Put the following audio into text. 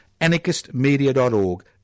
anarchistmedia.org